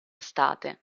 estate